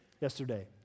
yesterday